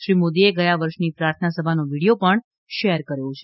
શ્રી મોદીએ ગયા વર્ષની પ્રાર્થના સભાનો વીડિયો પણ શેર કર્યો છે